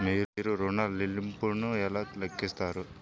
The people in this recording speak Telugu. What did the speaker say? మీరు ఋణ ల్లింపులను ఎలా లెక్కిస్తారు?